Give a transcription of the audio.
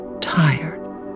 tired